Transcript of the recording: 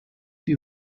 die